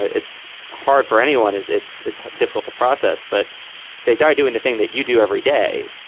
it's hard for anyone. and it's it's difficult to process. but they died doing the thing that you do every day.